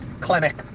clinic